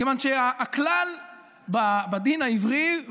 מכיוון שהכלל בדין העברי,